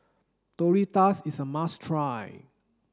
tortillas is a must try